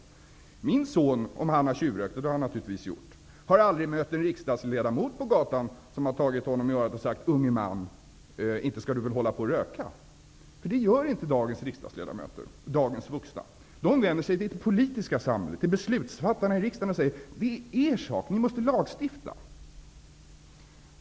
Om min son har tjuvrökt -- och det har han naturligtvis gjort -- har han aldrig mött en riksdagsledamot på gatan som har tagit honom i örat och sagt: Unge man, inte skall du väl hålla på och röka! Så gör inte dagens riksdagsledamöter och andra vuxna. Man vänder sig till det politiska samhället, till beslutsfattarna i riksdagen, och säger: Detta är er sak. Ni måste lagstifta.